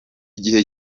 igihe